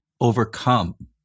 overcome